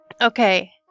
Okay